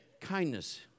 kindness